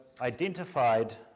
identified